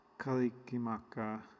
Kalikimaka